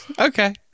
Okay